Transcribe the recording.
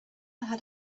had